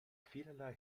vielerlei